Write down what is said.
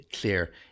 clear